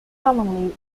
commonly